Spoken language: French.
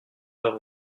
pas